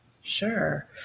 Sure